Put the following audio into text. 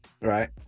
right